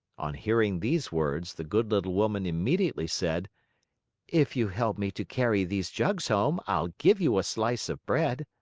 on hearing these words, the good little woman immediately said if you help me to carry these jugs home, i'll give you a slice of bread.